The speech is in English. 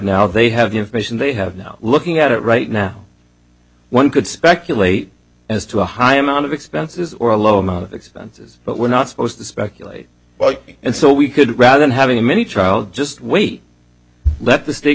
now they have the information they have now looking at it right now one could speculate as to a high amount of expenses or a low amount of expenses but we're not supposed to speculate and so we could rather than having a mini trial just wait let the state